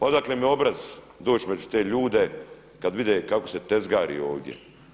Odakle … obraz doći među te ljude kada vide kako se tezgari ovdje.